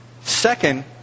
Second